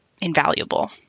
invaluable